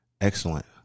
Excellent